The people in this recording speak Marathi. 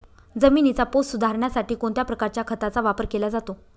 जमिनीचा पोत सुधारण्यासाठी कोणत्या प्रकारच्या खताचा वापर केला जातो?